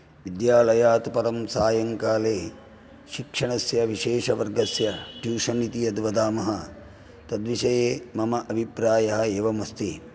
विद्यालयात् पदं सायंकाले शिक्षणस्य विशेषवर्गस्य ट्यूषन् इति यत् वदामः तद् विषये मम अभिप्रायः एवम् अस्ति